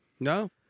No